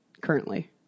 Currently